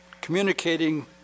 communicating